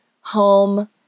home